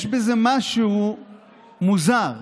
יש בזה משהו מוזר,